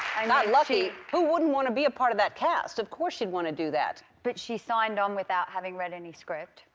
not lucky. who wouldn't want to be a part of that cast? of course, she'd want to do that. but she signed on without having read any script,